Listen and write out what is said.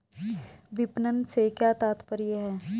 विपणन से क्या तात्पर्य है?